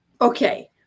Okay